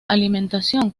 alimentación